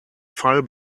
fall